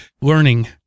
learning